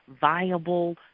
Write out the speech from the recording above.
viable